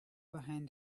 behind